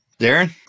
Darren